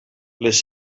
les